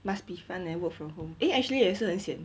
must be fun leh work from home eh actually 也是很 sian